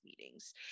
meetings